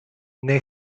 nei